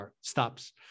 stops